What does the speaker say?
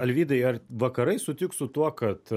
alvydai ar vakarai sutiks su tuo kad